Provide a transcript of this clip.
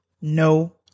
no